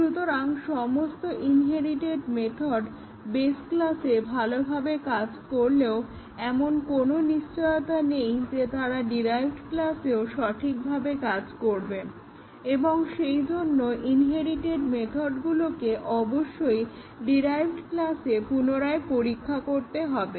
সুতরাং সমস্ত inherited method base ক্লাসে ভালোভাবে কাজ করলেও এমন কোনো নিশ্চয়তা নেই যে তারা ডিরাইভড ক্লাসেও সঠিকভাবে কাজ করবে এবং সেইজন্য ইনহেরিটেড মেথডগুলোকে অবশ্যই ডিরাইভড ক্লাসে পুনরায় পরীক্ষা করতে হবে